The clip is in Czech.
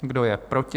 Kdo je proti?